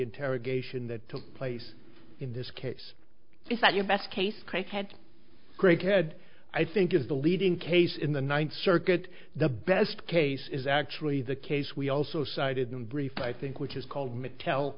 interrogation that took place in this case is that your best case craighead craighead i think is the leading case in the ninth circuit the best case is actually the case we also cited in brief i think which is called matel